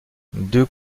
deux